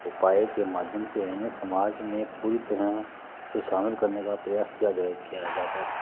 उपाय के माध्यम से इन्हें समाज में पूरी तरह से शामिल करने का प्रयास किया जाए किया जाता है